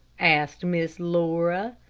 asked miss laura.